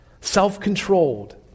self-controlled